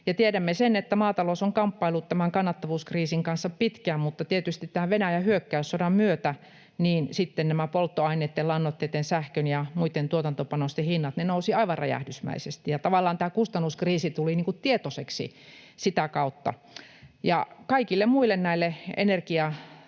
Tiedämme, että maatalous on kamppailut tämän kannattavuuskriisin kanssa pitkään, mutta tietysti Venäjän hyökkäyssodan myötä polttoaineitten, lannoitteitten, sähkön ja muitten tuotantopanosten hinnat nousivat aivan räjähdysmäisesti, ja tavallaan tämä kustannuskriisi tuli tietoiseksi sitä kautta. Kaikille muille näille energian